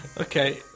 Okay